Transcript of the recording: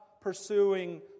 Pursuing